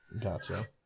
Gotcha